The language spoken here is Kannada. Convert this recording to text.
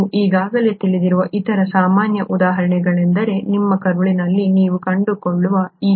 ನೀವು ಈಗಾಗಲೇ ತಿಳಿದಿರುವ ಇತರ ಸಾಮಾನ್ಯ ಉದಾಹರಣೆಗಳೆಂದರೆ ನಿಮ್ಮ ಕರುಳಿನಲ್ಲಿ ನೀವು ಕಂಡುಕೊಳ್ಳುವ ಈ